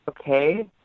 okay